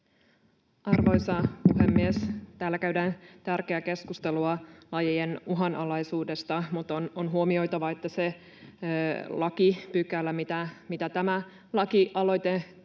Arvoisa puhemies! Täällä käydään tärkeää keskustelua lajien uhanalaisuudesta, mutta on huomioitava, että se lakipykälä, mitä tämä kansalaisaloite